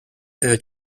ööd